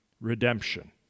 redemption